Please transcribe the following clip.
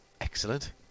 Excellent